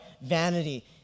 vanity